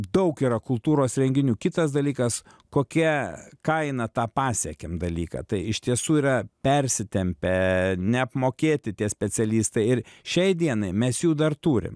daug yra kultūros renginių kitas dalykas kokia kaina tą pasiekėm dalyką tai iš tiesų yra persitempę neapmokėti tie specialistai ir šiai dienai mes jų dar turim